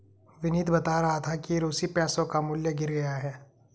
विनीत बता रहा था कि रूसी पैसों का मूल्य गिर गया है